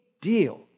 deal